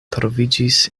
troviĝis